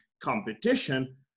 competition